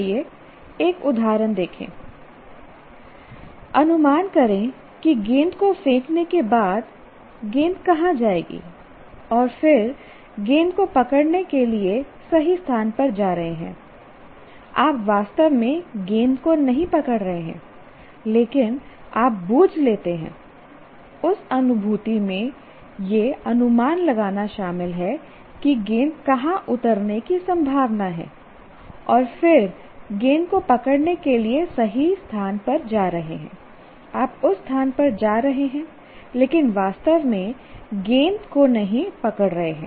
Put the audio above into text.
आइए एक उदाहरण देखें अनुमान करें कि गेंद को फेंकने के बाद गेंद कहां जाएगी और फिर गेंद को पकड़ने के लिए सही स्थान पर जा रहे है आप वास्तव में गेंद को नहीं पकड़ रहे हैं लेकिन आप बूझ लेते है उस अनुभूति में यह अनुमान लगाना शामिल है कि गेंद कहां उतरने की संभावना है और फिर गेंद को पकड़ने के लिए सही स्थान पर जा रहे है आप उस स्थान पर जा रहे हैं लेकिन वास्तव में गेंद को नहीं पकड़ रहे हैं